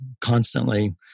constantly